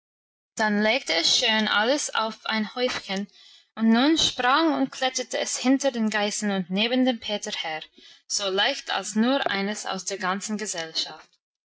dann legte es schön alles auf ein häufchen und nun sprang und kletterte es hinter den geißen und neben dem peter her so leicht als nur eines aus der ganzen gesellschaft